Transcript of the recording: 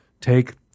take